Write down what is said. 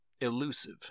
elusive